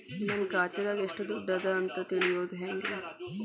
ನನ್ನ ಖಾತೆದಾಗ ಎಷ್ಟ ದುಡ್ಡು ಅದ ಅಂತ ತಿಳಿಯೋದು ಹ್ಯಾಂಗ್ರಿ?